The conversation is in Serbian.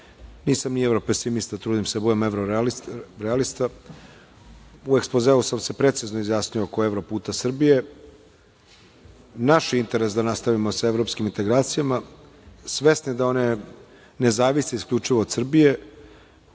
nisam ni europesimista, trudim se da budem eurorealista. U ekspozeu sam se precizno izjasnio oko evro-puta Srbije. Naš interes da nastavimo sa evropskim integracijama, svesni da one ne zavise isključivo od Srbije,